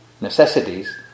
necessities